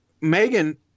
Megan